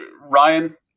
Ryan